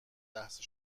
لحظه